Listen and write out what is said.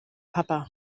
papa